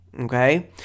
okay